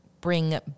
bring